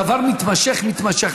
תקשיבי, זה דבר מתמשך, מתמשך.